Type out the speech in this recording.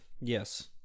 yes